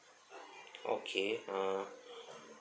okay uh